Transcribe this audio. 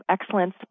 excellence